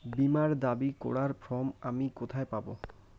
বীমার টাকা দাবি করার ফর্ম আমি কোথায় পাব?